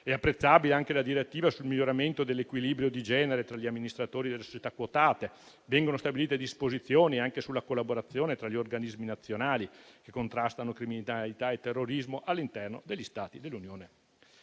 È apprezzabile anche la direttiva sul miglioramento dell'equilibrio di genere tra gli amministratori delle società quotate. Vengono stabilite a disposizioni anche sulla collaborazione tra gli organismi nazionali che contrastano criminalità e terrorismo all'interno degli Stati dell'Unione